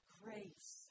grace